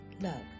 love